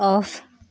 off